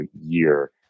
year